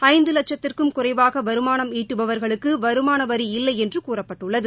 ஐந்து வட்சத்திற்கும் குறைவாக வருமானம் ஈட்டுபவர்களுக்கு வருமான வரி இல்லை என்று கூறப்பட்டுள்ளது